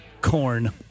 corn